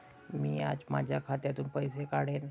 मी आज माझ्या खात्यातून पैसे काढेन